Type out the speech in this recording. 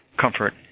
Comfort